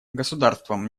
государствам